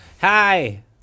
Hi